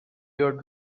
your